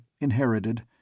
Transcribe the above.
inherited